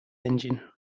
engine